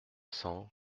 cents